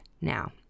now